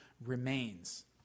remains